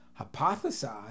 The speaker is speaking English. hypothesize